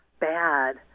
bad